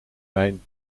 mijn